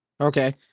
okay